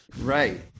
Right